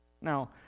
Now